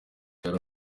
yari